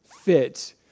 fit